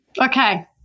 Okay